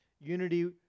unity